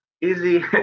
easy